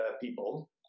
people